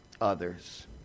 others